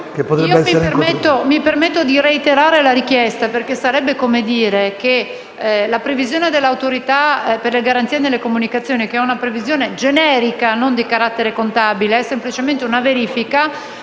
mi permetto di reiterare la richiesta, perché sarebbe come dire che la previsione dell'Autorità per le garanzie nelle comunicazioni, che è generica e non di carattere contabile (è semplicemente una verifica),